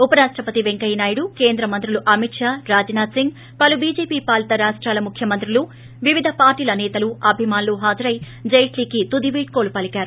ఉపరాష్టపతి వెంకయ్యనాయుడు కేంద్రమంత్రులు అమిత్షా రాజ్నాథ్సింగ్ పలు బీజేపీ పాలిత రాష్టాల ముఖ్యమంత్రులు వివిధ పార్టీల నేతలు అభిమానులు హాజరై జైట్లీకి తుది వీడ్కోలు పలికారు